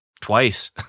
Twice